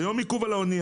זה יום עיכוב על האונייה,